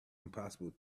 impossible